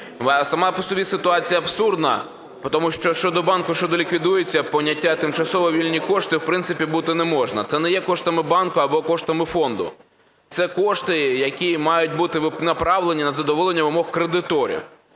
Сама по собі ситуація абсурдна, тому що щодо банку, що ліквідується, поняття "тимчасово вільні кошти", в принципі, бути не меже. Це не є коштами банку або коштами фонду. Це кошти, які мають бути направлені на задоволення вимог кредиторів.